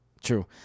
True